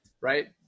right